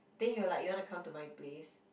then you're like you wanna come to my place